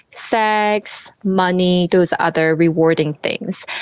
sex, money, those other rewarding things.